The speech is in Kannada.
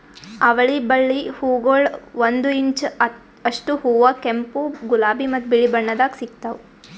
ಅವಳಿ ಬಳ್ಳಿ ಹೂಗೊಳ್ ಒಂದು ಇಂಚ್ ಅಷ್ಟು ಅವಾ ಕೆಂಪು, ಗುಲಾಬಿ ಮತ್ತ ಬಿಳಿ ಬಣ್ಣದಾಗ್ ಸಿಗ್ತಾವ್